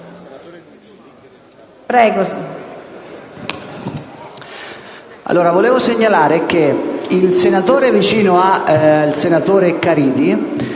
Prego